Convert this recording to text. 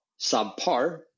subpar